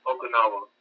Okinawa